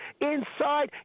Inside